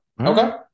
Okay